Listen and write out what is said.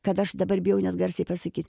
kad aš dabar bijau net garsiai pasakyt